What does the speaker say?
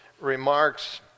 remarks